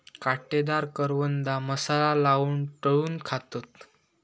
काटेदार करवंदा मसाला लाऊन तळून खातत